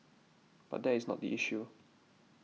but that is not the issue